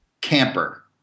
camper